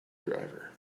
driver